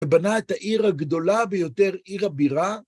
‫שבנה את העיר הגדולה ביותר עיר הבירה.